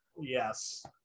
Yes